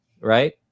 right